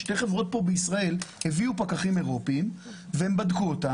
שתי חברות בישראל הביאו פקחים אירופאיים והם בדקו אותן.